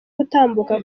gutambuka